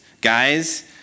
Guys